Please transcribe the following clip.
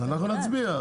אנחנו נצביע.